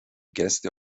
gäste